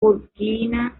burkina